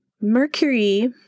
Mercury